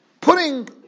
putting